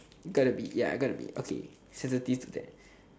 you gotta be ya you gotta be sensitive to that